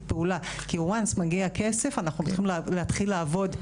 פעולה כי once מגיע כסף אנחנו צריכים להתחיל לעבוד.